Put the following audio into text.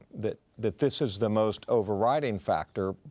that that this is the most overriding factor,